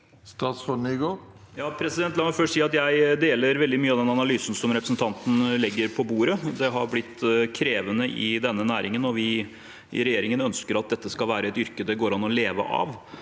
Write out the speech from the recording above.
Jon-Ivar Nygård La meg først si at jeg deler veldig mye av den analysen representanten legger på bordet. Det har blitt krevende i denne næringen. Vi i regjeringen ønsker at dette skal være et yrke det går an å leve av.